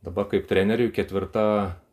dabar kaip treneriui ketvirta